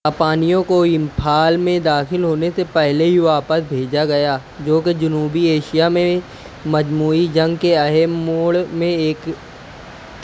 جاپانیوں کو امپھال میں داخل ہونے سے پہلے ہی واپس بھیجا گیا جو کہ جنوبی ایشیا میں مجموعی جنگ کے اہم موڑ میں ایک